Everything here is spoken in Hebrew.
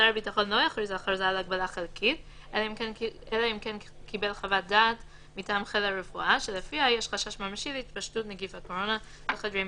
יכול שתינתן על יסוד הכתב ובלא קיום דיון בעל פה,